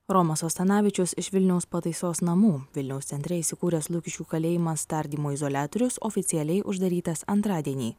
romas asanavičius iš vilniaus pataisos namų vilniaus centre įsikūręs lukiškių kalėjimas tardymo izoliatorius oficialiai uždarytas antradienį